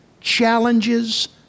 challenges